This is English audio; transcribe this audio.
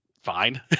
fine